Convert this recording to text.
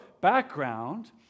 background